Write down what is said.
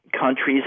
countries